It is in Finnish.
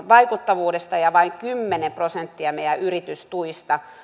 vaikuttavuudesta ja vain kymmenen prosenttia meidän yritystuista